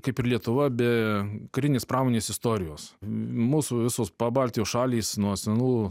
kaip ir lietuva be karinės pramonės istorijos mūsų visos pabaltijo šalys nuo senų